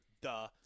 duh